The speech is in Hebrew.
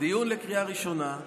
דיון לקריאה ראשונה.